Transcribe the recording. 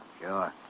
Sure